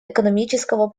экономического